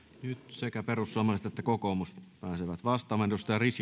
sekä perussuomalaiset että kokoomus pääsevät vastaamaan